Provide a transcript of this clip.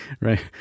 right